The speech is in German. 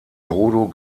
bodo